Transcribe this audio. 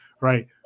right